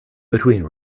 between